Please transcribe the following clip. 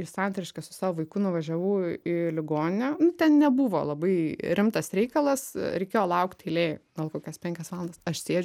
į santariškes su savo vaiku nuvažiavau į ligoninę nu ten nebuvo labai rimtas reikalas reikėjo laukti eilėj gal kokias penkias valandas aš sėdžiu